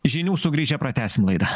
žinių sugrįžę pratęsim laidą